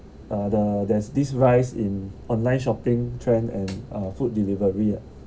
uh the there's this rise in online shopping trend and uh food delivery ah